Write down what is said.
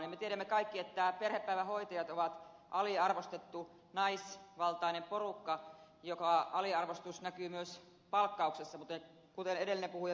me tiedämme kaikki että perhepäivähoitajat ovat aliarvostettu naisvaltainen porukka ja aliarvostus näkyy myös palkkauksessa kuten edellinen puhuja viittasi